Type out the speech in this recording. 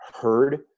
heard